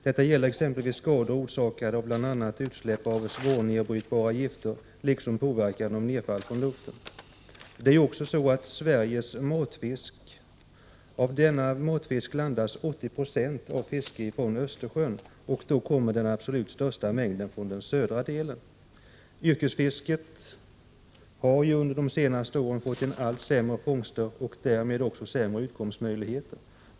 Detta gäller exempelvis skador orsakade av bl.a. utsläpp av svårnedbrytbara gifter, liksom påverkan av nedfall från luften. När det gäller Sveriges matfisk, kommer 80 26 av fisken från Östersjön. Den ojämförligt största mängden kommer från den södra delen. Yrkesfiskare har under de senaste åren fått allt sämre fångster, och därmed också sämre utkomstmöjligheter.